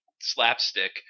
slapstick